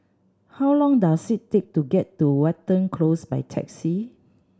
how long does it take to get to Watten Close by taxi